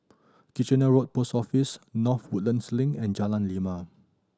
Kitchener Road Post Office North Woodlands Link and Jalan Lima